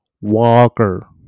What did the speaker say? Walker